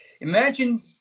imagine